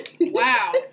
Wow